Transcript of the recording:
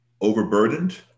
overburdened